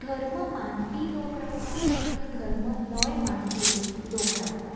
धर्म मानपी लोक रावतात आनी धर्म नय मानपी लोक रावतात